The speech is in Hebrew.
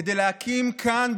כדי להקים כאן,